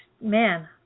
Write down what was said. man